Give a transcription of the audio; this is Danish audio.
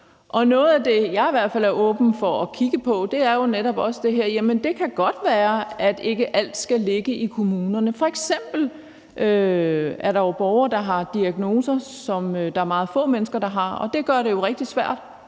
Noget af det, jeg i hvert fald åben for at kigge på, er jo netop det her med, at det kan godt være, at ikke alt skal ligge i kommunerne. F.eks. er der jo borgere, der har diagnoser, som der er meget få mennesker der har, og det gør det jo rigtig svært